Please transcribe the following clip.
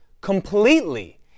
completely